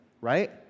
right